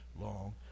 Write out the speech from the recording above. long